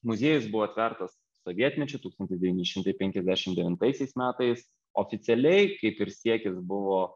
muziejus buvo atvertas sovietmečiu tūkstantis devyni šimtai penkiasdešim devintaisiais metais oficialiai kaip ir siekis buvo